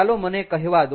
ચાલો મને કહેવા દો